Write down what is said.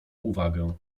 uwagę